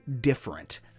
different